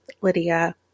Lydia